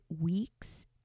weeks